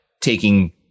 taking